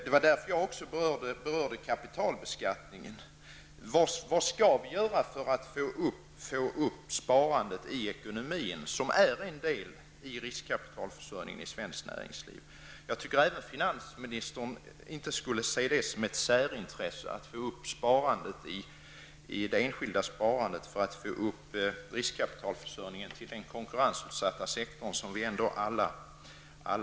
Det var därför jag också berörde kapitalbeskattningen. Vad skall vi göra för att kunna öka sparandet i ekonomin som är en del av riskkapitalförsörjningen i svenskt näringsliv? Jag tycker inte heller att finansministern skall se det som ett särintresse att öka det enskilda sparandet för att förbättra riskkapitalförsörjningen i den konkurrensutsatta sektorn, som vi alla lever av.